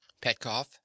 Petkoff